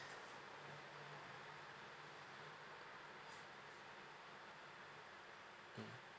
mm